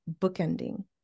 bookending